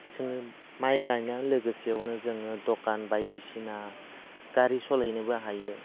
जोङो माइ गायनाय लोगोसेयावनो जोङो दकान बायदिसिना गारि सालायनोबो हायो